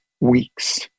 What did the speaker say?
weeks